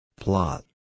Plot